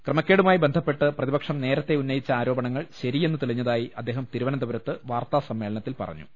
ക്രമക്കേടുമായി ബന്ധപ്പെട്ട് പ്രതിപക്ഷം നേരത്തെ ഉന്നയിച്ച ആരോപണങ്ങൾ ശരിയെന്ന് തെളിഞ്ഞതായി അദ്ദേഹം തിരുവനന്തപുരത്ത് വാർത്താസമ്മേളനത്തിൽ പറഞ്ഞു